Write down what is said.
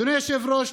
אדוני היושב-ראש,